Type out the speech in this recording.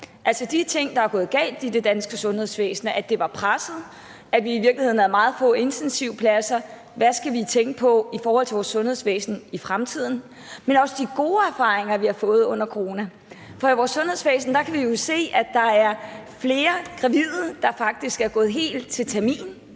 altså de ting, der er gået galt i det danske sundhedsvæsen – at det var presset, at vi i virkeligheden havde meget få intensivpladser, hvad vi skal tænke på i forhold til vores sundhedsvæsen i fremtiden – men også de gode erfaringer, vi har gjort os under coronaen. For vi kan jo se i vores sundhedsvæsen, at der er flere gravide, der faktisk er gået helt til termin,